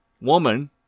Woman